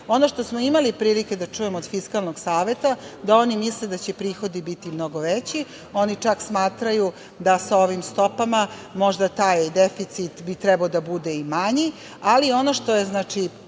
3%.Ono što smo imali prilike da čujemo od Fiskalnog saveta, da oni misle da će prihodi biti mnogo veći. Oni čak smatraju da sa ovim stopama možda taj deficit bi trebalo da bude i manji, ali ono sa čime